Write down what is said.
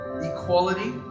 equality